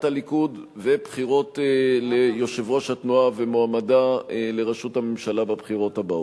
הליכוד ובחירות ליושב-ראש התנועה ומועמדה לראשות הממשלה בבחירות הבאות.